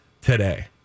today